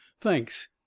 Thanks